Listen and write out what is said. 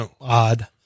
odd